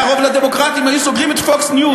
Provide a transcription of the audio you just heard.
ואם היה רוב לדמוקרטים היו סוגרים את Fox News.